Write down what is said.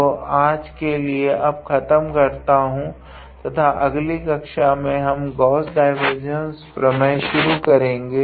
तोआज के लिए अब में खत्म करता हूँ तथा अगली कक्षा में हम गॉस डाइवरजेन्स प्रमेय शुरू करेगे